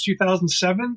2007